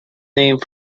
named